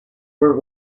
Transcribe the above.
were